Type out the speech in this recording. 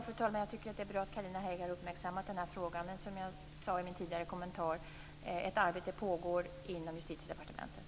Fru talman! Jag tycker att det är bra att Carina Hägg har uppmärksammat den här frågan. Som jag sade i min tidigare kommentar pågår det ett arbete inom Justitiedepartementet.